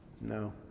No